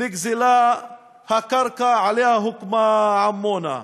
נגזלה הקרקע שעליה הוקמה עמונה.